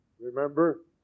remember